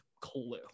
clue